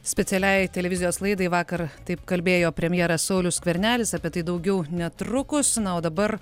specialiajai televizijos laidai vakar taip kalbėjo premjeras saulius skvernelis apie tai daugiau netrukus na o dabar